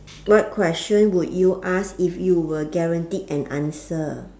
what question would you ask if you were guaranteed an answer